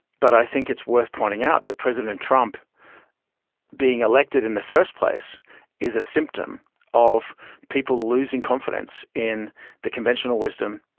but i think it's worth pointing out that president trump being elected in the first place is a symptom of people losing confidence in the conventional wisdom,